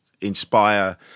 inspire